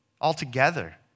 altogether